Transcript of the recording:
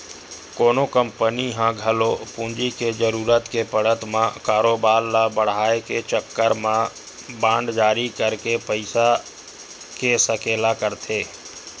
कोनो कंपनी ह घलो पूंजी के जरुरत के पड़त म कारोबार ल बड़हाय के चक्कर म बांड जारी करके पइसा के सकेला करथे